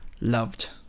loved